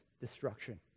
destruction